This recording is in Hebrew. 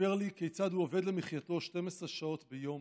סיפר לי כיצד הוא עובד למחייתו 12 שעות ביום